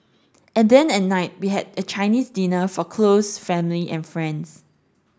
and then at night we had a Chinese dinner for close family and friends